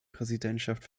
präsidentschaft